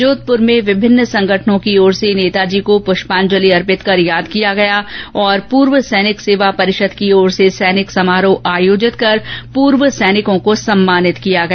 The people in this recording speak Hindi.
जोधपुर में विभिन्न संगठनों की ओर से नेताजी को पुष्पांजलि अर्पित कर याद किया गया और पूर्व सैनिक सेवा परिषद की ओर से सैनिक समारोह आयोजित कर पूर्व सैनिकों को सम्मानित किया गया